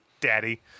Daddy